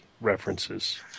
references